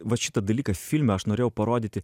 vat šitą dalyką filme aš norėjau parodyti